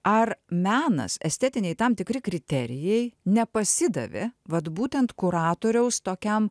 ar menas estetiniai tam tikri kriterijai nepasidavė vat būtent kuratoriaus tokiam